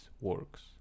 works